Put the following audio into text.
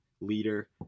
leader